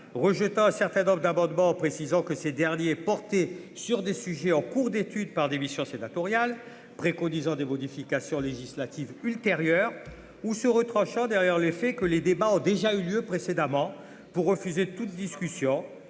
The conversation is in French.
rejetant un certain donc d'un amendement précisant que ces derniers sur des sujets en cours d'étude par des mission sénatoriale préconisant des modifications législatives ultérieures où se retranchant derrière le fait que les débats ont déjà eu lieu précédemment pour refuser toute discussion